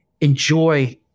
enjoy